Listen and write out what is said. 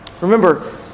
remember